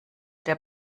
der